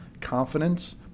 Confidence